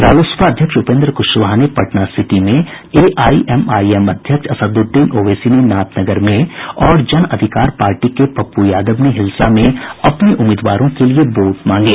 रालोसपा अध्यक्ष उपेंद्र कुशवाहा ने पटना सिटी में एआईएमआईएम अध्यक्ष असदुद्दीन ओवैसी ने नाथनगर में और जन अधिकार पार्टी के पप्पू यादव ने हिलसा में अपने उम्मीदवारों के लिये वोट मांगे